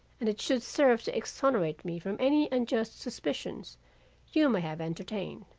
and it should serve to exonerate me from any unjust suspicions you may have entertained.